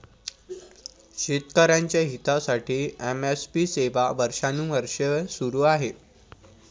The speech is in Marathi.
शेतकऱ्यांच्या हितासाठी एम.एस.पी सेवा वर्षानुवर्षे सुरू आहे